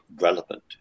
relevant